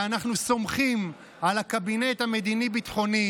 ואנחנו סומכים על הקבינט המדיני-ביטחוני